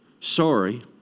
Sorry